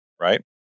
right